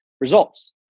results